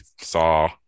saw